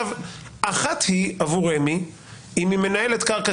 אחת היא עבור רמ"י אם היא מנהלת קרקע